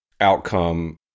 outcome